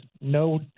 no